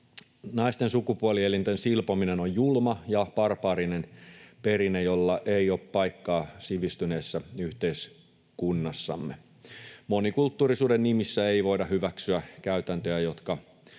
Naisten sukupuolielinten silpominen on julma ja barbaarinen perinne, jolla ei ole paikkaa sivistyneessä yhteiskunnassamme. Monikulttuurisuuden nimissä ei voida hyväksyä käytäntöjä, jotka